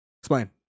Explain